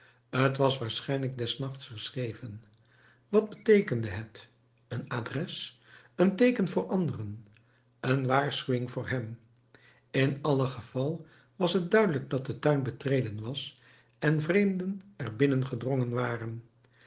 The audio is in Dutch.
t was waarschijnlijk des nachts geschreven wat beteekende het een adres een teeken voor anderen een waarschuwing voor hem in allen geval was het duidelijk dat de tuin betreden was en vreemden er binnengedrongen waren